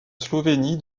slovénie